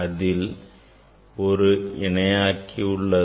இதில் ஒரு இணையாக்கி உள்ளது